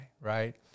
right